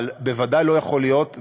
אבל בוודאי לא יכול להיות,